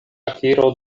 akiro